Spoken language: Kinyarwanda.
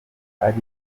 ari